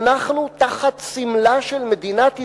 ואנחנו, תחת סמלה של מדינת ישראל,